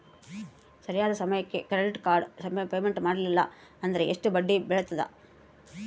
ಸರಿಯಾದ ಸಮಯಕ್ಕೆ credit card payment ಮಾಡಲಿಲ್ಲ ಅಂದ್ರೆ ಎಷ್ಟು ಬಡ್ಡಿ ಬೇಳ್ತದ?